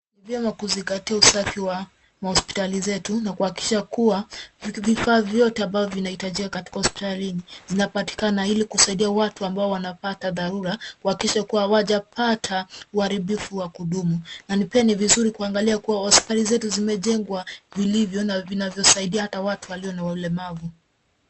Ni vyema kuzingatia usafi wa mahospitali zetu na kuhakikisha kuwa vifaa vyote ambavyo vinahitajika katika hospitalini zinapatikana ili kusaidia watu ambao wanapata dharura kuhakikisha kuwa hawajapata uharibifu wa kudumu. Na ni pia vizuri kuangalia kuwa hospitali zetu zimejengwa vilivyo na vinavyosaidia hata watu walio na ulemavu.